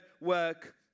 work